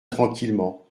tranquillement